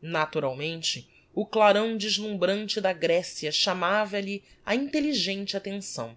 naturalmente o clarão deslumbrante da grecia chamava-lhe a intelligente attenção